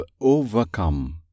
Overcome